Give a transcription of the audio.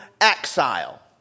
exile